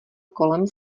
kolem